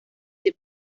the